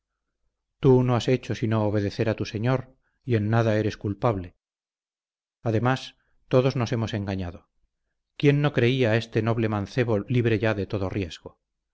tú no has hecho sino obedecer a tu señor y en nada eres culpable además todos nos hemos engañado quién no creía a este noble mancebo libre ya de todo riesgo